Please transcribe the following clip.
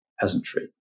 peasantry